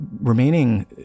remaining